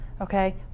okay